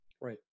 Right